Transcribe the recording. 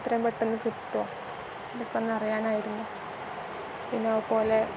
ഇത്രയും പെട്ടെന്ന് കിട്ടുമോ ഇതൊക്കെ എന്നറിയാനായിരുന്നു പിന്നെ അതുപോലെ